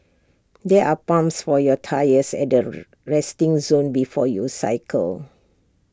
there are pumps for your tyres at the resting zone before you cycle